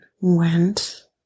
went